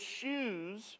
shoes